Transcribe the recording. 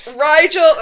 rigel